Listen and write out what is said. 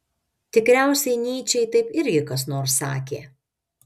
tikriausiai nyčei taip irgi kas nors sakė